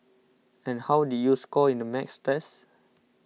and how did you score in the Maths test